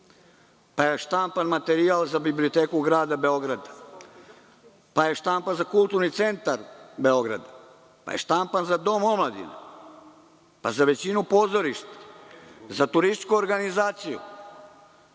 pa je štampan materijal Biblioteku grada Beograda, pa je štampan za Kulturni centar Beograd, pa je štampan za Dom omladine, pa za većinu pozorišta, za Turističku organizaciju.